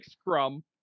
scrum